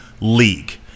league